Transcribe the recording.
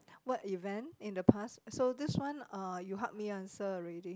what event in the past so this one uh you help me answer already